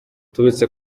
tubibutse